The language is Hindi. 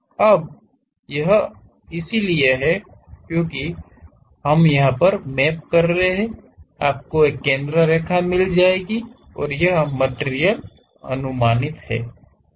अब यह इसलिए हम यहा पर मॅप कर रहे हैं आपको एक केंद्र रेखा मिल जाएगी और यह मटिरियल अनुमानित है